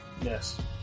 Yes